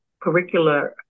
curricular